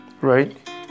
right